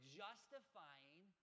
justifying